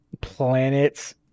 planets